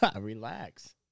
Relax